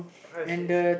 I see